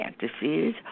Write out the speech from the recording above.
fantasies